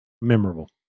memorable